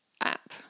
App